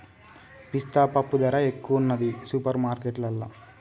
పిస్తా పప్పు ధర ఎక్కువున్నది సూపర్ మార్కెట్లల్లా